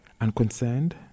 Unconcerned